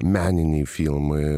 meniniai filmai